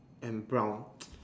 and brown